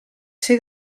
ser